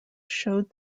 showed